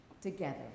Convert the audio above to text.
together